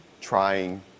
trying